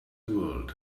world